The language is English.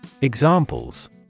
Examples